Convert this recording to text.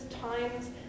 times